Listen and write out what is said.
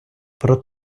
про